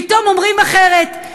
פתאום אומרים אחרת.